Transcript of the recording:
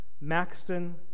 Maxton